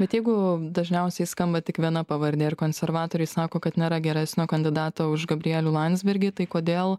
bet jeigu dažniausiai skamba tik viena pavardė ir konservatoriai sako kad nėra geresnio kandidato už gabrielių landsbergį tai kodėl